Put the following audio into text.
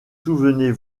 souvenez